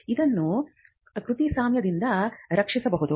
ಅದನ್ನು ಕೃತಿಸ್ವಾಮ್ಯದಿಂದ ರಕ್ಷಿಸಬಹುದು